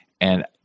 And-